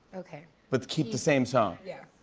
okay. but keep the same song. yeah